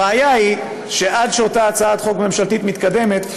הבעיה היא שעד שאותה הצעת חוק ממשלתית מתקדמת,